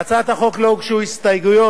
להצעת החוק לא הוגשו הסתייגויות,